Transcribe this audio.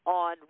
on